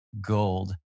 gold